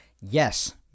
yes